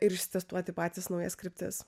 ir testuoti patys naujas kryptis